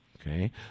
okay